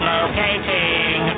Locating